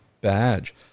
badge